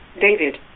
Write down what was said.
David